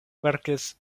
verkis